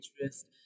interest